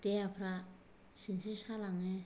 देहाफ्रा सिनस्रि सालाङो